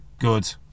good